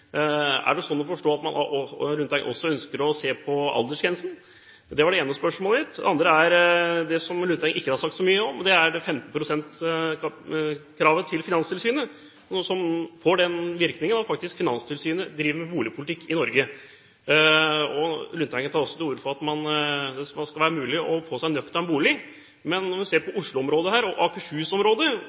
Er det sånn å forstå at Lundteigen også ønsker å se på aldersgrensen? Det var det ene spørsmålet mitt. Det andre gjelder det som Lundteigen ikke har sagt så mye om, 15 pst.-kravet til Finanstilsynet, noe som får den virkningen at Finanstilsynet faktisk driver med boligpolitikk i Norge. Lundteigen tar også til orde for at det skal være mulig å få seg en nøktern bolig. Men når man ser på Oslo-området og